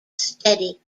steady